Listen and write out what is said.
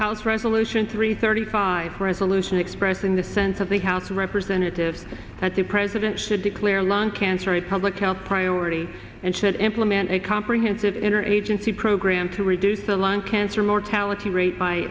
house resolution three thirty five resolution expressing the sense of the house of representatives that the president should declare lung cancer republican priority and should implement a comprehensive interagency program to reduce the lung cancer mortality rate by